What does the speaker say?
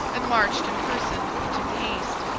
and marched in person into the east.